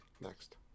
Next